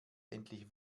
endlich